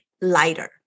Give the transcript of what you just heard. lighter